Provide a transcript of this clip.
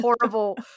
horrible